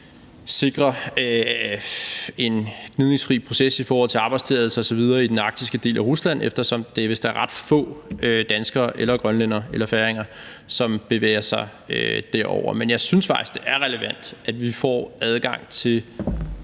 sikre en gnidningsfri proces i forhold til arbejdstilladelser osv. i den arktiske del af Rusland, eftersom det vist er ret få danskere eller grønlændere eller færinger, som bevæger sig derover. Men jeg synes faktisk, det er relevant, at vi får adgang til